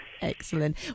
excellent